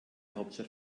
hauptstadt